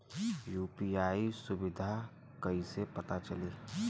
UPI सुबिधा कइसे पता चली?